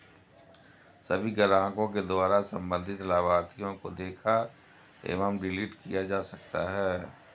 सभी ग्राहकों के द्वारा सम्बन्धित लाभार्थी को देखा एवं डिलीट किया जा सकता है